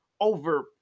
over